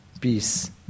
peace